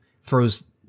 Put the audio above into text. throws